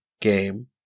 game